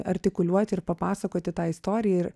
artikuliuoti ir papasakoti tą istoriją ir